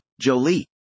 Jolie